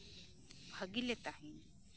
ᱵᱷᱟᱜᱮ ᱞᱮ ᱛᱟᱦᱮᱱ